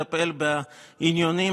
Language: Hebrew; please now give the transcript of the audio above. תראה לאיזו בושה אני מתכוונת,